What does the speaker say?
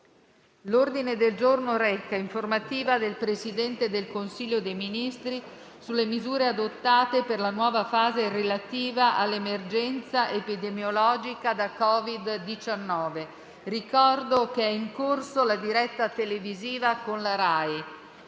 L'ordine del giorno reca: «Informativa del Presidente del Consiglio dei ministri sulle misure adottate per la nuova fase relativa all'emergenza epidemiologica da Covid-19». Ricordo che è in corso la diretta televisiva con la RAI.